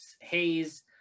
haze